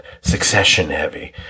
succession-heavy